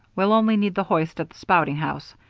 we'll only need the hoist at the spouting house.